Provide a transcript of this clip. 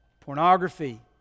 Pornography